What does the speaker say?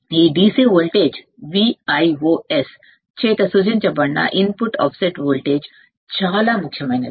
ఈ DC voltage Vios చేత సూచించబడిన ఇన్పుట్ ఆఫ్సెట్ వోల్టేజ్ చాలా ముఖ్యమైనది